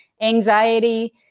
anxiety